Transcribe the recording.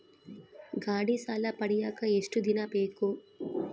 ಗಾಡೇ ಸಾಲ ಪಡಿಯಾಕ ಎಷ್ಟು ದಿನ ಬೇಕು?